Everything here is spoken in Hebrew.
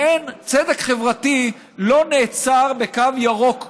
צדק חברתי לא נעצר בקו ירוק כלשהו,